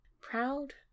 proud